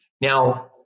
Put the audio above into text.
Now